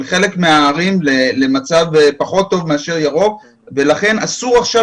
חלק מהערים למצב פחות טוב מירוק ולכן אסור עכשיו